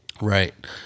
Right